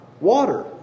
Water